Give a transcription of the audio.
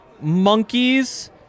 monkeys